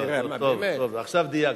טוב, טוב, עכשיו דייקת.